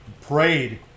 prayed